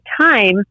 time